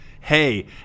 Hey